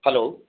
hello